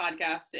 podcast